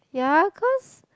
ya cause